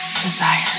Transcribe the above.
desire